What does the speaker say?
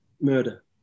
murder